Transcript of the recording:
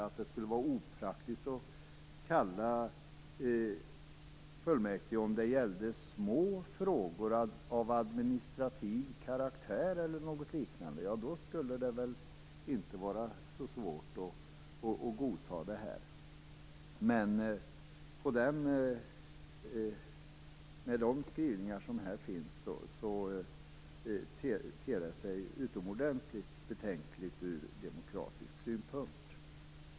Om det hade varit opraktiskt att kalla fullmäktige när det gäller små frågor av administrativ karaktär eller något liknande, skulle det väl inte vara så svårt att godta det här, men med de skrivningar som här finns ter sig detta utomordentligt betänkligt ur demokratisk synpunkt.